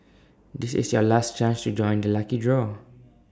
this is your last chance to join the lucky draw